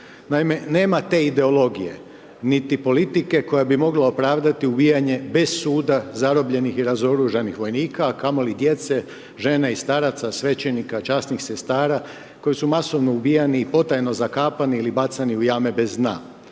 Naime, nema te ideologije, niti politike koja bi mogla opravdati ubijanje bez suda zarobljenih i razoružanih vojnika, a kamo li djece, žene i staraca, svećenika, časnih sestara, koji su masovno ubijani i potajno zakapani ili bacani u jame bez dna.